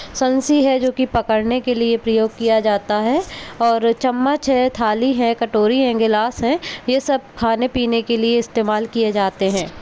संडसी है जो कि पकड़ने के लिए प्रयोग किया जाता है और चमच्च है थाली है कटोरी है ग्लास है ये सब खाने पीने के लिए इस्तमाल किए जाते हैं